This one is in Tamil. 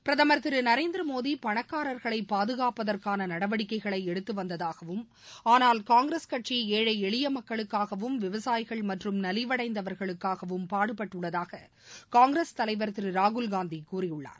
பிரதமர் திரு நரேந்திர மோடி பணக்காரர்களை பாதுகாப்பதற்கான நடவடிக்கைகளை எடுத்து வந்ததாகவும் ஆனால் காங்கிரஸ் கட்சி ஏழை எளிய மக்களுக்காகவும் விவசாயிகள் மற்றும் நலிவடைந்தவர்களுக்காகவும் பாடுபட்டுள்ளதாக காங்கிரஸ் தலைவர் திரு ராகுல் காந்தி கூறியுள்ளார்